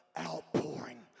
outpouring